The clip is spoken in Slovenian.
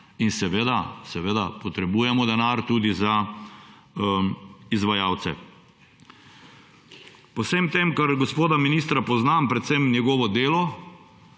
In seveda potrebujemo denar tudi za izvajalce. Po vsem tem, kar gospoda ministra poznam, predvsem njegovo delo,